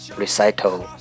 recital